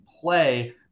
play